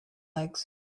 legs